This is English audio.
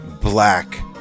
black